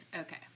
Okay